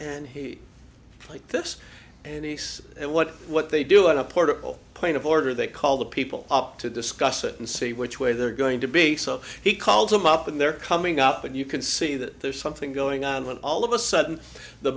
and he like this and he says and what what they do in a portable point of order they call the people up to discuss it and see which way they're going to be so he calls them up and they're coming up and you can see that there's something going on when all of a sudden the